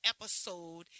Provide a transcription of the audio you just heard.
episode